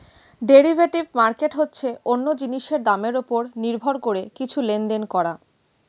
derivative market হচ্ছে অন্য জিনিসের দামের উপর নির্ভর করে কিছু লেনদেন করা